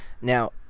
Now